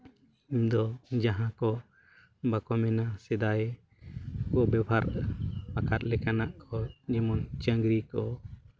ᱤᱧᱫᱚ ᱡᱟᱦᱟᱸ ᱠᱚ ᱵᱟᱠᱚ ᱢᱮᱱᱟ ᱥᱮᱫᱟᱭ ᱠᱚ ᱵᱮᱵᱚᱦᱟᱨ ᱟᱠᱟᱫ ᱞᱮᱠᱟᱱᱟᱜ ᱠᱚ ᱡᱮᱢᱚᱱ ᱪᱟᱸᱫᱽᱨᱤ ᱠᱚ